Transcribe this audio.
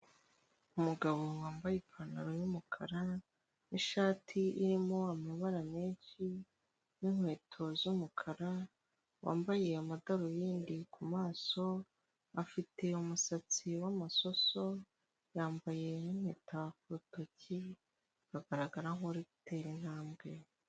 Umugabo wambaye ipantaro y'umukara nishati irimo amabara menshi n'inkweto z'umukara, wambaye amadarubindi ku maso, afite umusatsi w'amasoso, yambaye impeta ku rutoki agaragara nk'uri gutera intambwe.